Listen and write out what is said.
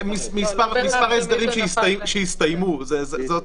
מבחינתנו המדד זה מספר